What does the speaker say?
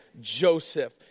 Joseph